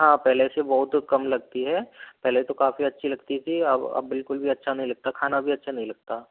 हाँ पहले से बहुत कम लगती है पहले तो काफ़ी अच्छी लगती थी अब अब बिल्कुल भी अच्छा नहीं लगता खाना भी अच्छा नहीं लगता